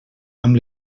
amb